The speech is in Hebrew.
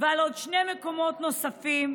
ועל שני מקומות נוספים: